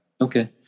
Okay